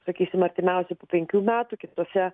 sakysim artimiausiai po penkių metų kitose